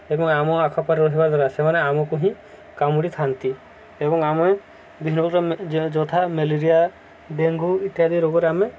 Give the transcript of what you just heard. ଏବଂ ଆମ ଆଖପାଖ ରହିବା ଦ୍ୱାରା ସେମାନେ ଆମକୁ ହିଁ କାମୁଡ଼ିଥାନ୍ତି ଏବଂ ଆମେ ବିଭିନ୍ନ ପ୍ରକାର ଯଥା ମେଲେରିଆ ଡେଙ୍ଗୁ ଇତ୍ୟାଦି ରୋଗରେ ଆମେ